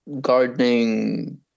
gardening